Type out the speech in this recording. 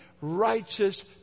righteous